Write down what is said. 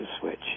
switch